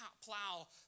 plow